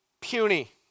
puny